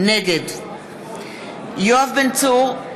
נגד יואב בן צור,